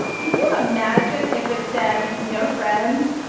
can you imagine if it said, no friends.